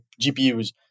GPUs